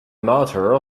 mater